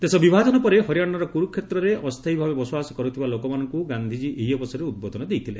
ଦେଶ ବିଭାଜନ ପରେ ହରିୟାଣାର କୁରୁକ୍ଷେତ୍ରରେ ଅସ୍ଥାୟୀ ଭାବେ ବସବାସ କରୁଥିବା ଲୋକମାନଙ୍କୁ ଗାନ୍ଧିଜୀ ଏହି ଅବସରରେ ଉଦ୍ବୋଧନ ଦେଇଥିଲେ